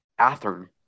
Athern